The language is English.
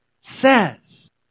says